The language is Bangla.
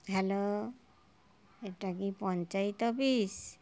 হ্যালো এটা কি পঞ্চায়েত অফিস